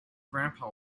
grandpa